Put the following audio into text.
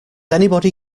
anybody